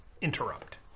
interrupt